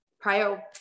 prior